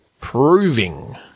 Proving